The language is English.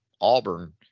Auburn